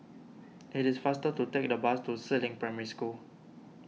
it is faster to take the bus to Si Ling Primary School